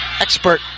expert